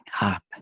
up